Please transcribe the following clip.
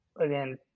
again